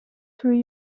through